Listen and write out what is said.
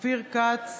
אופיר כץ,